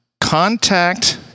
contact